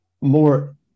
more